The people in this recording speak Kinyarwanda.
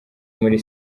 muri